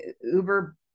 uber